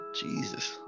Jesus